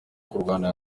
kurwana